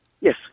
Yes